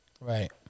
Right